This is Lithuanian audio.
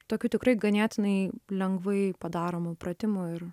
tokių tikrai ganėtinai lengvai padaromų pratimų ir